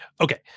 Okay